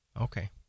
Okay